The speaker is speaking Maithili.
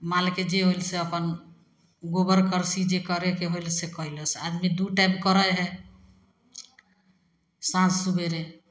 मालके जे होयल से अपन गोबर करसी जे करयके होयल से कइलस आदमी दू टाइम करै हइ साँझ सबेरे